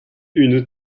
une